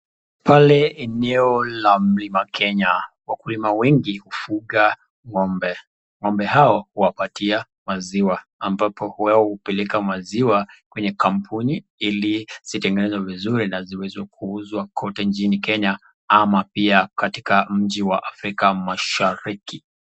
Pale eneo la mlima Kenya, wakulima wengi hufuga ng'ombe, ng'ombe hao huwapatia maziwa ambapo wao hupeleka maziwa kwenye kampuni ili zitengenezwe vizuri na ziweze kuuzwa kote nchini Kenya ama pia katika mji wa afrika mashariki.